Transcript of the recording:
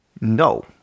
No